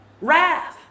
wrath